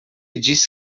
disse